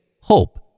hope